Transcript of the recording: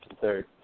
third